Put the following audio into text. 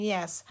Yes